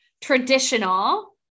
traditional